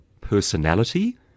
personality